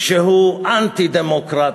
שהוא אנטי-דמוקרט,